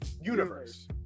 universe